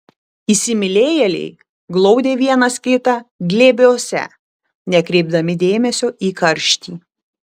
įsimylėjėliai glaudė vienas kitą glėbiuose nekreipdami dėmesio į karštį